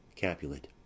capulet